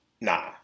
Nah